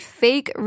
fake